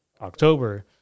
october